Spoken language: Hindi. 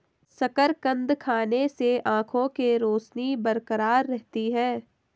शकरकंद खाने से आंखों के रोशनी बरकरार रहती है